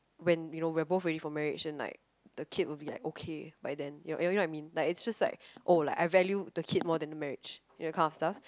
when you know we are both ready for marriage and like the kid will be like okay by then you know you know what I mean it's just like oh like I value the kid more than the marriage you know kind of stuff